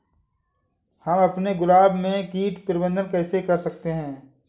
हम अपने गुलाब में कीट प्रबंधन कैसे कर सकते है?